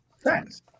Thanks